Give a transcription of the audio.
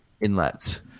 inlets